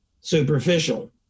superficial